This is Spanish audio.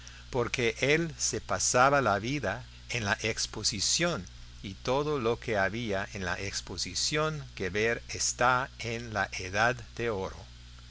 porque él se pasaba la vida en la exposición y todo lo que había en la exposición que ver está en la edad de oro